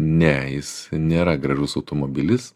ne jis nėra gražus automobilis